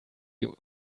you